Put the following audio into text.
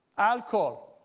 alcohol,